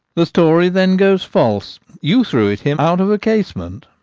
the story, then, goes false you threw it him out of a casement.